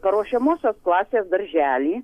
paruošiamosios klasės daržely